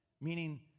meaning